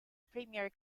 premier